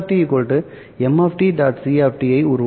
c ஐ உருவாக்கும்